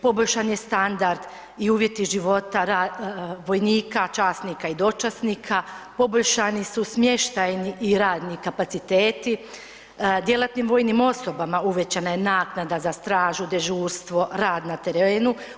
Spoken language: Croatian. Poboljšan je standard i uvjeti života vojnika, časnika i dočasnika, poboljšani su smještajni i radni kapaciteti, djelatnim vojnim osobama uvećana je naknada za stražu, dežurstvo, rad na terenu.